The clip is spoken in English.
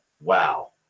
wow